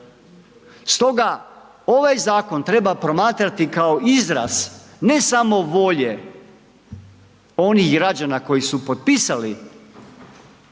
Stoga ovaj zakon treba promatrati kao izraz ne samo volje onih građana koji su potpisali